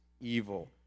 evil